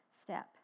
step